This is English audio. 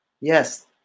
yes